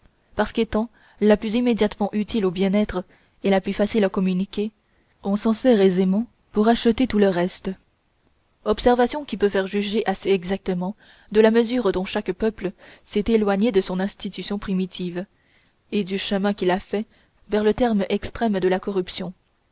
parce qu'étant la plus immédiatement utile au bien-être et la plus facile à communiquer on s'en sert aisément pour acheter tout le reste observation qui peut faire juger assez exactement de la mesure dont chaque peuple s'est éloigné de son institution primitive et du chemin qu'il a fait vers le terme extrême de la corruption